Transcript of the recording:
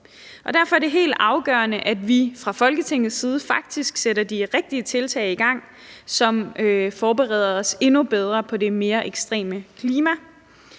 Derfor er det helt afgørende, at vi fra Folketingets side faktisk sætter de rigtige tiltag i gang, som forbereder os endnu bedre på det mere ekstreme klima.